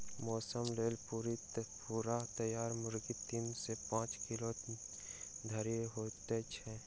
मौसक लेल पूरा पूरी तैयार मुर्गी तीन सॅ पांच किलो धरि होइत छै